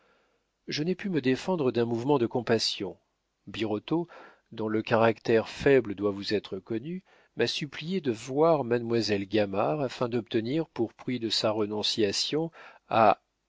je n'ai pu me défendre d'un mouvement de compassion birotteau dont le caractère faible doit vous être connu m'a suppliée de voir mademoiselle gamard afin d'obtenir pour prix de sa renonciation à